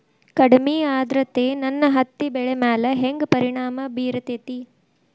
ಕಡಮಿ ಆದ್ರತೆ ನನ್ನ ಹತ್ತಿ ಬೆಳಿ ಮ್ಯಾಲ್ ಹೆಂಗ್ ಪರಿಣಾಮ ಬಿರತೇತಿ?